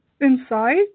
inside